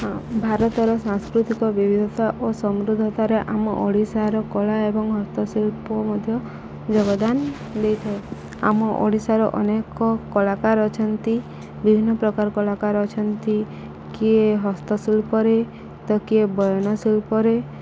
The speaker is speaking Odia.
ହଁ ଭାରତର ସାଂସ୍କୃତିକ ବିବିଧତା ଓ ସମୃଦ୍ଧତାରେ ଆମ ଓଡ଼ିଶାର କଳା ଏବଂ ହସ୍ତଶିଳ୍ପ ମଧ୍ୟ ଯୋଗଦାନ ଦେଇଥାଏ ଆମ ଓଡ଼ିଶାର ଅନେକ କଳାକାର ଅଛନ୍ତି ବିଭିନ୍ନ ପ୍ରକାର କଳାକାର ଅଛନ୍ତି କିଏ ହସ୍ତଶିଳ୍ପରେ ତ କିଏ ବୟନ ଶିଳ୍ପରେ